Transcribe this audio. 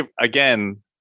again